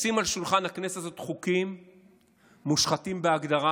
לשים על שולחן הכנסת חוקים מושחתים בהגדרה.